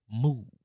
move